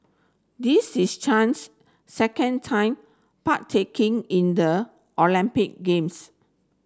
this is Chen's second time partaking in the Olympic Games